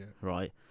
right